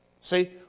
See